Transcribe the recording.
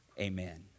Amen